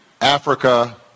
Africa